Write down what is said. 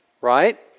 right